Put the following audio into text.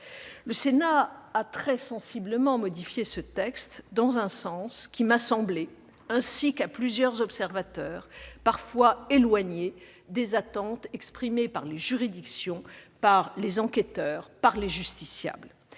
Le Sénat a très sensiblement modifié ce texte dans un sens qui m'a semblé, ainsi qu'à plusieurs observateurs, parfois éloigné des attentes exprimées par les juridictions, par les enquêteurs et par les justiciables.